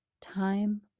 time